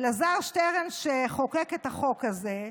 אלעזר שטרן, שחוקק את החוק הזה,